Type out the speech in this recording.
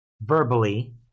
verbally